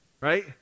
right